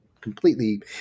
completely